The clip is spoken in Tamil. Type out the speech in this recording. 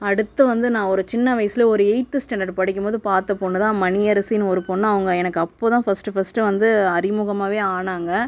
அடுத்து வந்து நான் ஒரு சின்ன வயதில் ஒரு எயித் ஸ்டாண்டர்ட் படிக்கும் போது பார்த்த பொண்ணு தான் மணியரசினு ஒரு பொண்ணு அவங்க எனக்கு அப்போதான் ஃபஸ்ட் ஃபஸ்ட் வந்து அறிமுகமாவே ஆனாங்க